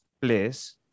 place